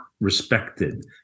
respected